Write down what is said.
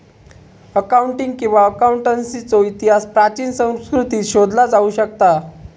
accounting किंवा अकाउंटन्सीचो इतिहास प्राचीन संस्कृतींत शोधला जाऊ शकता